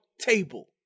table